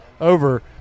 over